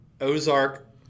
Ozark